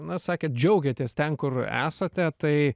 na sakėt džiaugiatės ten kur esate tai